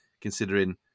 considering